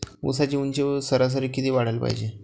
ऊसाची ऊंची सरासरी किती वाढाले पायजे?